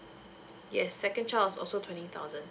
yes second child was also twenty thousand